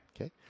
Okay